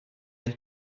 jen